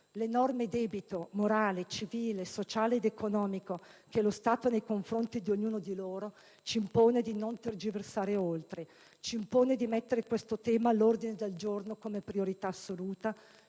L'enorme debito, morale, civile sociale ed economico che lo Stato hai nei confronti di ognuno di loro, ci impone di non tergiversare oltre, ci impone di mettere questo tema all'ordine del giorno come priorità assoluta